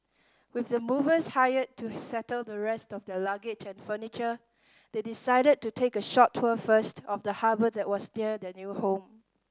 with the movers hired to settle the rest of their luggage and furniture they decided to take a short tour first of the harbour that was near their new home